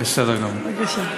בסדר גמור.